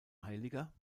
heiliger